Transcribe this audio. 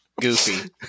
Goofy